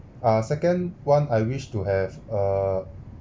uh second one I wish to have a